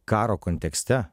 karo kontekste